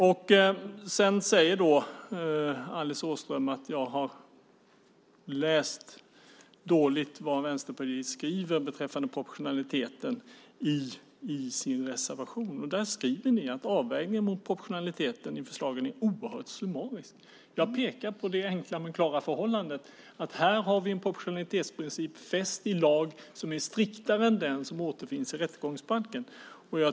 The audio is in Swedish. Alice Åström säger att jag har läst på dåligt vad Vänsterpartiet skriver i sin reservation beträffande proportionaliteten. Där skriver ni att avvägningen mot proportionaliteten i förslagen är oerhört summarisk. Jag pekar på det enkla men klara förhållandet att vi här har en proportionalitetsprincip fäst i lag som är striktare än den som återfinns i rättegångsbalken.